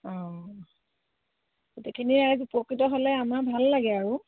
অঁ গোটেইখিনি উপকৃত হ'লে আমাৰ ভাল লাগে আৰু